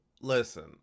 listen